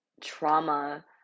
trauma